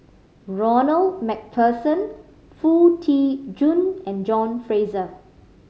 Ronald Macpherson Foo Tee Jun and John Fraser